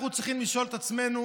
אנחנו צריכים לשאול את עצמנו